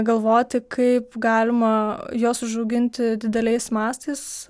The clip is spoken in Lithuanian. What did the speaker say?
galvoti kaip galima juos užauginti dideliais mastais